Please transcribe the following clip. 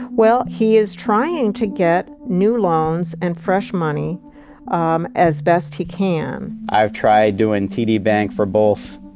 well, he is trying to get new loans and fresh money um as best he can. i've tried doin' td bank for both,